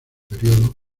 periodo